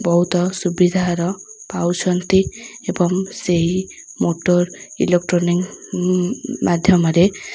ବହୁତ ସୁବିଧାର ପାଉଛନ୍ତି ଏବଂ ସେଇ ମୋଟର୍ ଇଲୋକ୍ଟ୍ରୋନିକ୍ ମାଧ୍ୟମରେ